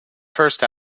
first